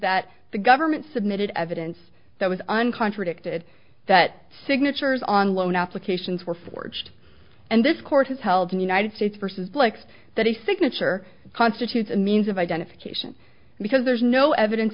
that the government submitted evidence that was an contradicted that signatures on loan applications were forged and this court has held in united states versus blacks that a signature constitutes a means of identification because there's no evidence